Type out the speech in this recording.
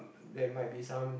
there might be some